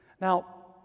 Now